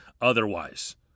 otherwise